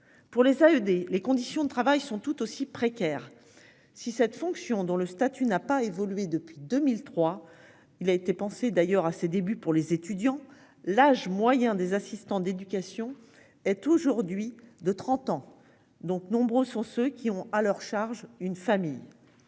Pour les, des, les conditions de travail sont tout aussi précaire. Si cette fonction dont le statut n'a pas évolué depuis 2003. Il a été pensé d'ailleurs à ses débuts pour les étudiants, l'âge moyen des assistants d'éducation est aujourd'hui de 30 ans donc, nombreux sont ceux qui ont à leur charge une famille.